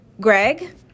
Greg